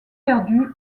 perdu